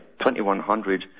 2100